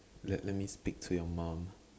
let let me speak to your mom